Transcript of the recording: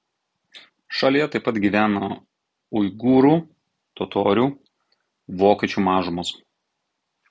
šalyje taip pat gyvena uigūrų totorių vokiečių mažumos